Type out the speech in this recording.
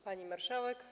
Pani Marszałek!